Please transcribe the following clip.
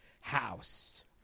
house